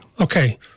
Okay